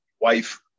wife